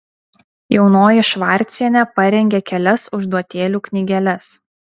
jaunoji švarcienė parengė kelias užduotėlių knygeles